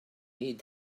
need